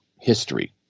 history